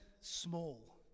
small